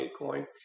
Bitcoin